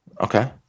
Okay